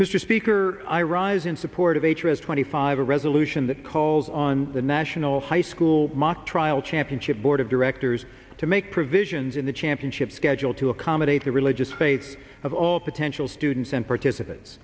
mr speaker i rise in support of a tryst twenty five a resolution that calls on the national high school mock trial championship board of directors to make provisions in the championship schedule to accommodate the religious faith of all potential students and participants